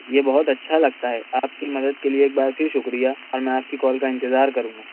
یہ بہت اچھا لگتا ہے آپ کی مدد کے لئے ایک بار پھر شکریہ اور میں آپ کی کال کا انتظار کروں گا